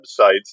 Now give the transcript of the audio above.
websites